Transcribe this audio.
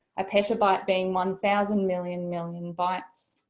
a petabyte being one thousand, million, million bytes.